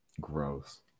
gross